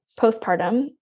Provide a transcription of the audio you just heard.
postpartum